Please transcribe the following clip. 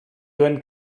duen